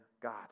God